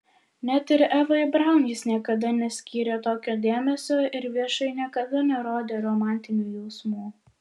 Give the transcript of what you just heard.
net ir evai braun jis niekada neskyrė tokio dėmesio ir viešai niekada nerodė romantinių jausmų